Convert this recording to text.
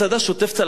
שוטף צלחות,